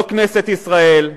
לא כנסת ישראל,